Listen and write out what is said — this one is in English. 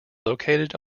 located